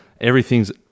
Everything's